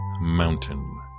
mountain